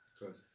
Good